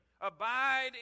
abide